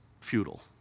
futile